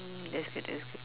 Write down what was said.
let's get